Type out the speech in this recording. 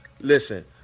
listen